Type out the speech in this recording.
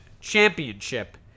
championship